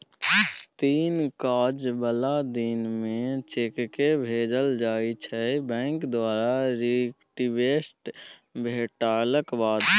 तीन काज बला दिन मे चेककेँ भेजल जाइ छै बैंक द्वारा रिक्वेस्ट भेटलाक बाद